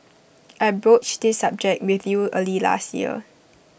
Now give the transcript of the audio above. I broached this subject with you early last year